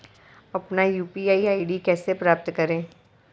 अपना UPI ID कैसे प्राप्त करें?